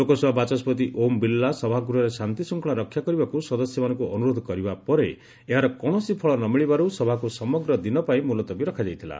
ଲୋକସଭା ବାଚସ୍କତି ଓମ୍ ବିର୍ଲା ସଭାଗୃହରେ ଶାନ୍ତିଶୃଙ୍ଗଳା ରକ୍ଷା କରିବାକୁ ସଦସ୍ୟମାନଙ୍କୁ ଅନୁରୋଧ କରିବା ପରେ ଏହାର କୌଣସି ଫଳ ନ ମିଳିବାରୁ ସଭାକୁ ସମଗ୍ର ଦିନ ପାଇଁ ମୁଲତବୀ ରଖାଯାଇଥିଲା